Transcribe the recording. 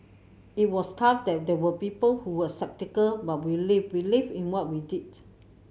it was tough that there were people who were sceptical but we live believed in what we did